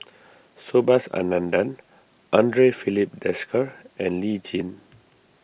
Subhas Anandan andre Filipe Desker and Lee Tjin